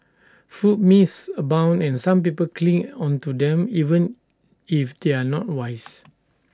food myths abound and some people cling onto them even if they are not wise